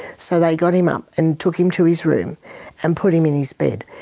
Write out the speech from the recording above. so they got him up and took him to his room and put him in his bed.